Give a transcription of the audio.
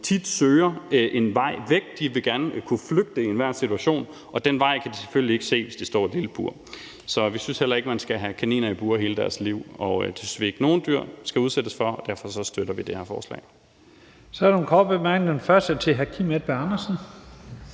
tit søger en vej væk. De vil gerne kunne flygte i enhver situation, og den vej kan de selvfølgelig ikke se, hvis de står i et lille bur. Så vi synes heller ikke, at man skal have kaniner i bure hele deres liv. Det synes vi ikke at nogen dyr skal udsættes for. Derfor støtter vi det her forslag. Kl. 15:40 Første næstformand (Leif